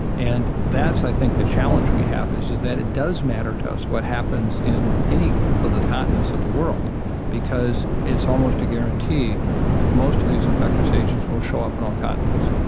and that is i think the challenge that we have, is is that it does matter to us what happens in any other continents of the world because it's almost a guarantee most of these infectious agents will show up in all continents.